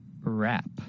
wrap